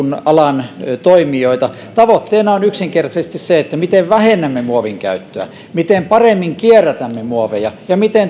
alan toimijoita tavoitteena on yksinkertaisesti se se miten vähennämme muovin käyttöä miten paremmin kierrätämme muoveja ja miten